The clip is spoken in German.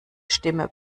stimme